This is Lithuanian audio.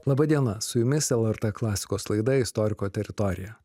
laba diena su jumis lrt klasikos laida istoriko teritorija